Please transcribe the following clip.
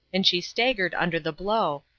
and she staggered under the blow,